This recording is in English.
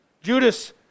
Judas